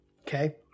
Okay